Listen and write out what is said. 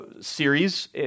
series